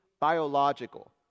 biological